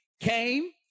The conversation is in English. came